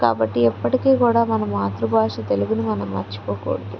కాబట్టి ఎప్పటికీ కూడా మన మాతృభాష తెలుగును మనం మర్చిపోకూడదు